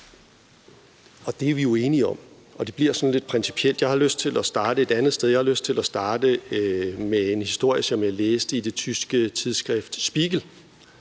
det er vi jo enige om. Det bliver sådan lidt principielt, og jeg har lyst til at starte et andet sted. Jeg har lyst til at starte med en historie, som jeg læste i det tyske tidsskrift Der Spiegel